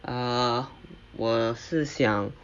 ah 我是想